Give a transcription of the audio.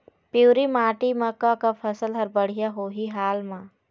पिवरी माटी म का का फसल हर बढ़िया होही हाल मा?